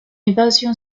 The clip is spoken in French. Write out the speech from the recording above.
évasion